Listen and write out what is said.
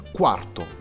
quarto